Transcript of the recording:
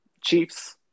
Chiefs